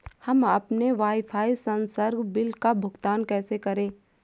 हम अपने वाईफाई संसर्ग बिल का भुगतान कैसे करें?